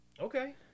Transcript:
Okay